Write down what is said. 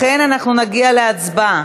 לכן אנחנו נגיע להצבעה.